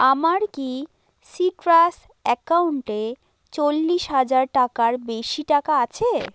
আমার কি সিট্রাস অ্যাকাউন্টে চল্লিশ হাজার টাকার বেশি টাকা আছে